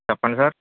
చెప్పండి సార్